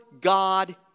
God